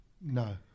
no